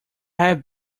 have